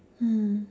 mm